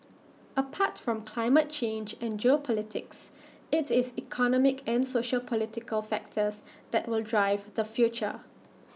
apart from climate change and geopolitics IT is economic and sociopolitical factors that will drive the future